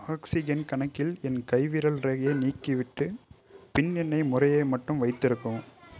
oxygen கணக்கில் என் கைவிரல் ரேகையை நீக்கிவிட்டு பின் எண்ணை முறையை மட்டும் வைத்திருக்கவும்